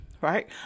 right